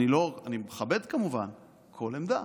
אני מכבד כמובן כל עמדה,